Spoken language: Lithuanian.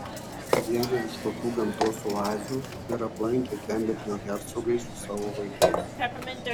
vieną iš tokių gamtos oazių ir aplankė kembridžo hercogai su savo vaikais